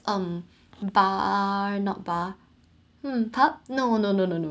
um bar not bar um pub no no no no no